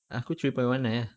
aku three point one nine ah